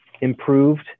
improved